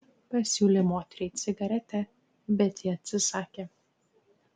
pasiūlė moteriai cigaretę bet ji atsisakė